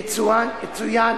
יצוין